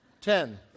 Ten